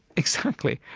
exactly.